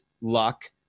luck